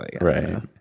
Right